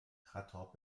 خطاب